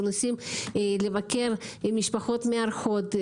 ונוסעים לבקר משפחות מארחות,